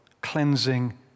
cleansing